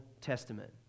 Testament